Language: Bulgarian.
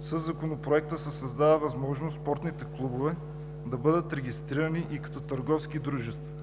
Със Законопроекта се създава възможност спортните клубове да бъдат регистрирани и като търговски дружества.